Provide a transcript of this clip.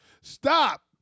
Stop